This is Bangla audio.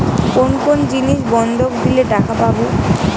কোন কোন জিনিস বন্ধক দিলে টাকা পাব?